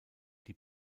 die